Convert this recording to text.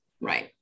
right